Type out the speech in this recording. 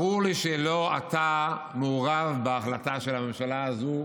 ברור לי שלא אתה מעורב בהחלטה של הממשלה הזו,